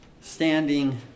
standing